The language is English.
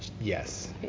Yes